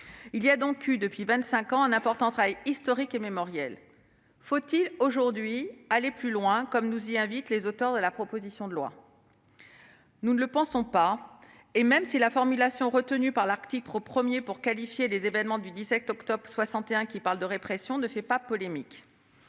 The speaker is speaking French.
Il y a donc eu depuis vingt-cinq ans un important travail historique et mémoriel. Faut-il aujourd'hui aller plus loin, comme nous y invitent les auteurs de la proposition de loi ? Nous ne le pensons pas, et ce même si la formulation retenue par l'article 1 pour qualifier les événements du 17 octobre 1961, qui parle de « répression », ne fait pas polémique.